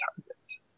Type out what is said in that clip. targets